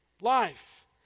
life